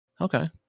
Okay